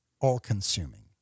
all-consuming